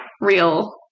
Real